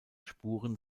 spuren